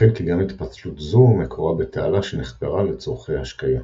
ייתכן כי גם התפצלות זו מקורה בתעלה שנחפרה לצורכי השקיה.